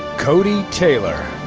cody taylor.